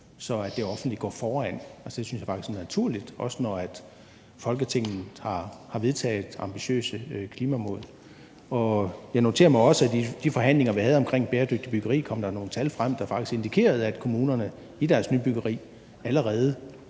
at det offentlige går foran. Det synes jeg faktisk er naturligt, også når Folketinget har vedtaget ambitiøse klimamål. Jeg noterer mig også, at i de forhandlinger, vi havde om bæredygtigt byggeri, kom der nogle tal frem, der faktisk indikerede, at kommunerne i deres nybyggeri allerede